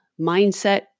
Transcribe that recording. mindset